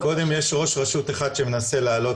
קודם כל יש ראש רשות אחד שמנסה לעלות,